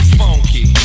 funky